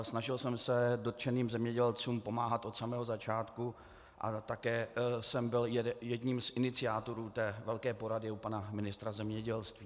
Snažil jsem se dotčeným zemědělcům pomáhat od samého začátku a také jsem byl jedním z iniciátorů té velké porady u pana ministra zemědělství.